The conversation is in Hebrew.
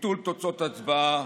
ביטול תוצאות הצבעה,